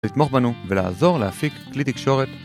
לתמוך בנו ולעזור להפיק כלי תקשורת